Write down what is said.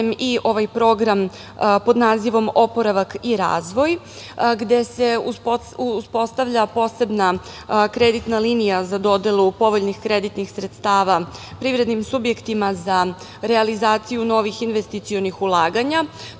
i ovaj program pod nazivom „Oporavak i razvoj“, gde se uspostavlja posebna kreditna linija za dodelu povoljnih kreditnih sredstava privrednim subjektima za realizaciju novih investicionih ulaganja.